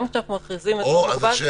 גם כשאנחנו מכריזים על אזור מוגבל,